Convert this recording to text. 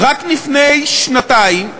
רק לפני שנתיים,